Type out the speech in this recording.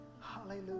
Hallelujah